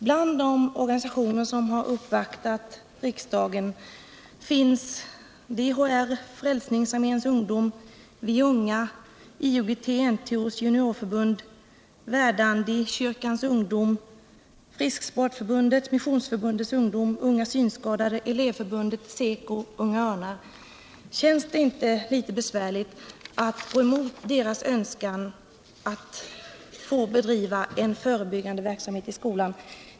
Bland de organisationer som har uppvaktat riksdagen finns DHR, Frälsningsarméns ungdom, Vi unga, IOGT-NTO:s juniorförbund, Verdandikyrkans ungdom, Frisksportförbundet, Missions förbundets ungdom, Unga synskadade, Elevförbundet, SECO, Unga örnar. Känns det inte lite besvärligt att gå emot deras önskan att få bedriva en förebyggande verksamhet i skolan?